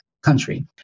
country